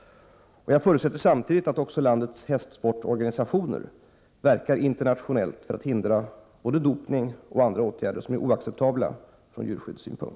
Jag förutsätter samtidigt att också landets hästsportorganisationer verkar internationellt för att hindra både dopning och andra åtgärder som är oacceptabla från djurskyddssynpunkt.